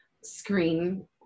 screen